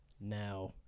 now